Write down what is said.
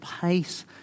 pace